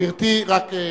גברתי רק,